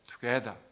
together